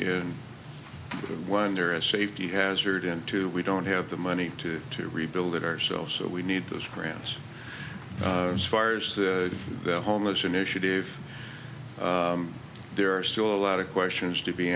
going wonder a safety hazard into we don't have the money to to rebuild it ourselves so we need those grants fires the homeless initiative there are still a lot of questions to be